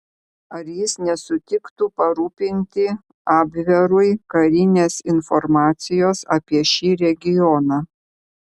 ar jis nesutiktų parūpinti abverui karinės informacijos apie šį regioną